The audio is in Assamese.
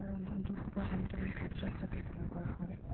ৰন্ধনটোক প্ৰধান্তম কাৰ্য হিচাপে পালন কৰা হয়